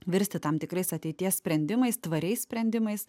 virsti tam tikrais ateities sprendimais tvariais sprendimais